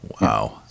Wow